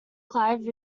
clive